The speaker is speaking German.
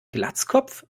glatzkopf